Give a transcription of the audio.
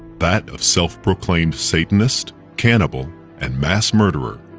that of self-proclaimed satanist, cannibal and mass murderer,